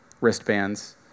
wristbands